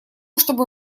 чтобы